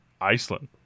Iceland